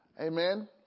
amen